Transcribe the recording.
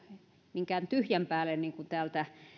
minkään tyhjän päälle niin kuin täältä